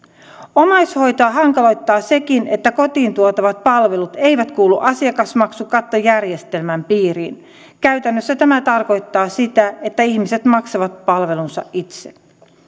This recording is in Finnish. omaishoitoa hankaloittaa sekin että kotiin tuotavat palvelut eivät kuulu asiakasmaksukattojärjestelmän piiriin käytännössä tämä tarkoittaa sitä että ihmiset maksavat palvelunsa itse